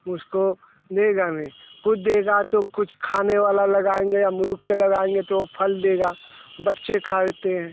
मुझ को देगा नहीं कुछ देगा तो कुछ खाने वाला लगाएंगे अमरूद के लगाएंगे तो फल देगा बच्चे खाते हैं